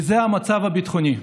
וזה המצב הביטחוני,